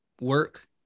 work